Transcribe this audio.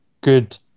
good